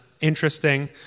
interesting